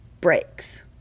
breaks